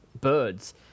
birds